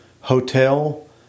hotel